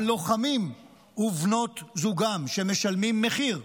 הלוחמים ובנות זוגם, שמשלמים מחיר,